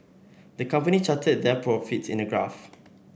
the company charted their profits in a graph